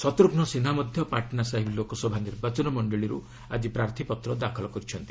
ଶତ୍ରୁଘ୍ନ ସିହ୍ନା ମଧ୍ୟ ପାଟନା ସାହିବ ଲୋକସଭା ନିର୍ବାଚନ ମଣ୍ଡଳୀରୁ ଆଜି ପ୍ରାର୍ଥପୀତ୍ର ଦାଖଲ କରିଛନ୍ତି